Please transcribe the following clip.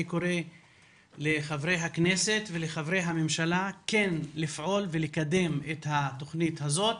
אני קורא לחברי הכנסת ולחברי הממשלה כן לפעול ולקדם את התוכנית הזאת